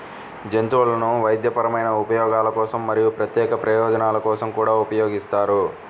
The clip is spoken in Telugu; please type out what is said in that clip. జంతువులను వైద్యపరమైన ఉపయోగాల కోసం మరియు ప్రత్యేక ప్రయోజనాల కోసం కూడా ఉపయోగిస్తారు